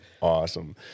awesome